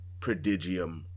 prodigium